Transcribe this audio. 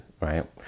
right